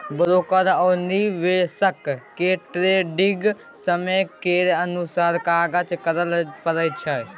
broker आ निवेशक केँ ट्रेडिग समय केर अनुसार काज करय परय छै